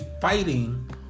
fighting